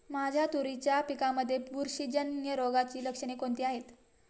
माझ्या तुरीच्या पिकामध्ये बुरशीजन्य रोगाची लक्षणे कोणती आहेत?